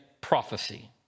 prophecy